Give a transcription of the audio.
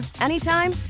anytime